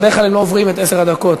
בדרך כלל הם לא עוברים את עשר הדקות.